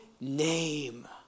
name